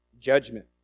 judgment